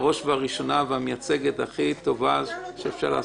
בראש ובראשונה והמייצגת הכי טובה שאפשר,